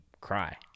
cry